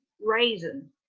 raisin